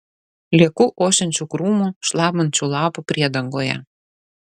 lieku ošiančių krūmų šlamančių lapų priedangoje